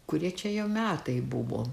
kurie čia jau metai buvo